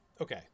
okay